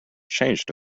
changed